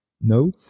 no